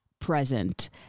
present